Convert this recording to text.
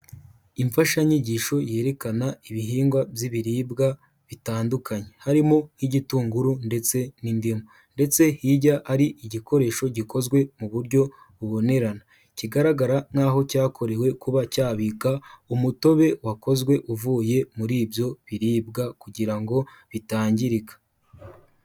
Imfashanyigisho yerekana ibihingwa by'ibiribwa bitandukanye harimo nk'igitunguru, ndetse n'indimu ndetse hijya ari igikoresho gikozwe mu buryo bubonerana, kigaragara nk'aho cyakorewe kuba cyabika umutobe wakozwe uvuye muri ibyo biribwa kugira ngo bitangirika.